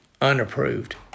unapproved